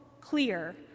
clear